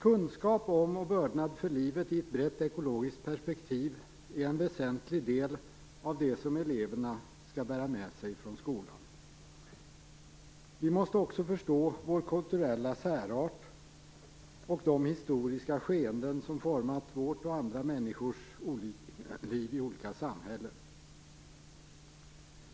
Kunskap om och vördnad för livet i ett brett ekologiskt perspektiv är en väsentlig del av det som eleverna skall bära med sig från skolan. Vi måste också förstå vår kulturella särart och de historiska skeenden som format vårt och andra människors liv i olika samhällen.